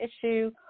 issue